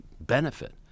benefit